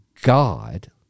God